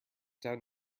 down